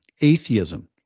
atheism